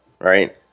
right